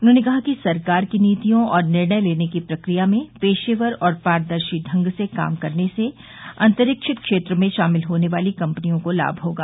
उन्होंने कहा कि सरकार की नीतियों और निर्णय लेने की प्रक्रिया में पेशेवर और पारदर्शी ढंग से काम करने से अंतरिक्ष क्षेत्र में शामिल होने वाली कपनियों को लाभ होगा